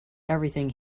everything